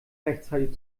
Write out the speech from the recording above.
rechtzeitig